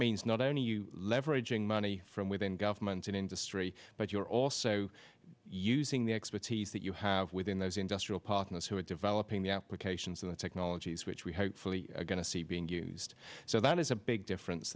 means not only you leveraging money from within government and industry but you're also using the expertise that you have within those industrial partners who are developing the applications and the technologies which we hopefully going to see being used so that is a big difference